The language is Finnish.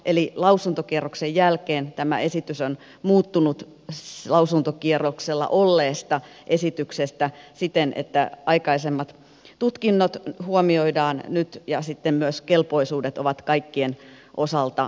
eli lausuntokierroksen jälkeen tämä esitys on muuttunut lausuntokierroksella olleesta esityksestä siten että aikaisemmat tutkinnot huomioidaan nyt ja myös kelpoisuudet ovat kaikkien osalta samat